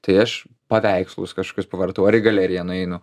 tai aš paveikslus kažkokius pavartau ar į galeriją nueinu